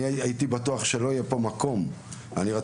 אני הייתי בטוח שלא יהיה פה מקום ורציתי